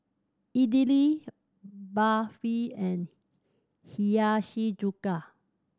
Idili Barfi and Hiyashi Chuka